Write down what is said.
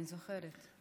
אני זוכרת.